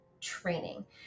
training